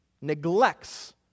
neglects